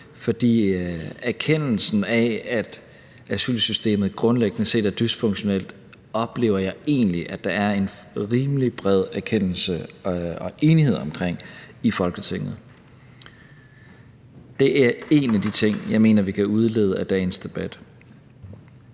ud af stedet; at asylsystemet grundlæggende set er dysfunktionelt, oplever jeg egentlig at der er en rimelig bred erkendelse af og enighed om i Folketinget. Det er en af de ting, jeg mener vi kan udlede af dagens debat.